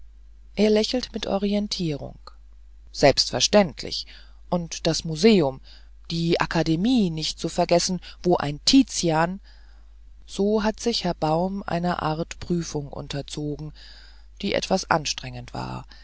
er lächelte mit orientierung selbstverständlich und das museum die akademie nicht zu vergessen wo ein tizian so hat sich herr baum einer art prüfung unterzogen die etwas anstrengend war